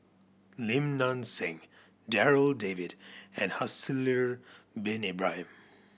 Lim Nang Seng Darryl David and Haslir Bin Ibrahim